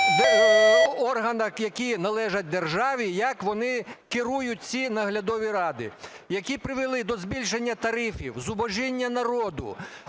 органах, які належать державі, як вони керують ці наглядові ради, які привели до збільшення тарифів, зубожіння народу.